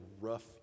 rough